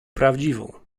prawdziwą